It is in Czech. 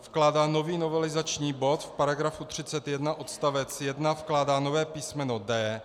Vkládá nový novelizační bod, v § 31 odst. 1 vkládá nové písmeno d).